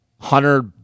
Hunter